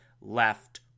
left